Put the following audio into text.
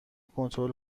کنترل